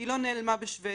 היא לא נעלמה בשוודיה.